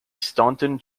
staunton